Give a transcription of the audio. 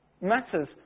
matters